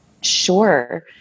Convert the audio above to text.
Sure